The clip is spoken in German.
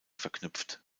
verknüpft